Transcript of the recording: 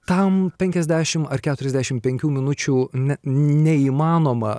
tam penkiasdešimt ar keturiasdešimt penkių minučių ne neįmanoma